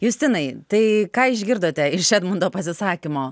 justinai tai ką išgirdote iš edmundo pasisakymo